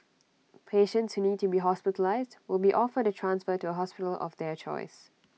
patients who need to be hospitalised will be offered A transfer to A hospital of their choice